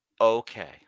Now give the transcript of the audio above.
Okay